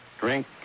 drink